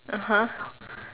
(uh huh)